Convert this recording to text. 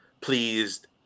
pleased